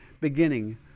beginning